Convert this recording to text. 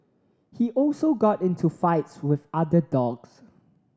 he also got into fights with other dogs